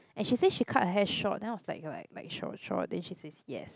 and she say she cut her hair short then I was like like like short short then she says yes